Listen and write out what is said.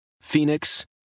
Phoenix